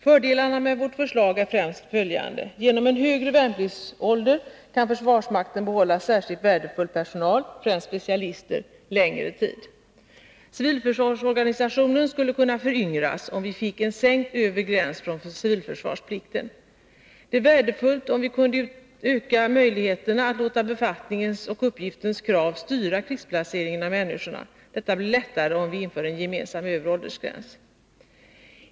Fördelarna med vårt förslag är främst följande: Genom en högre värnpliktsålder kan försvarsmakten behålla särskilt värdefull personal, främst specialister, under en längre tid. Civilförsvarsorganisationen skulle kunna föryngras om vi fick en sänkt övre gräns för civilförsvarsplikten. Det vore värdefullt om vi kunde öka möjligheterna att låta befattningens och uppgiftens krav styra krigsplaceringen av människorna; detta blir lättare om vi inför en gemensam övre åldersgräns.